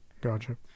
gotcha